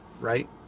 right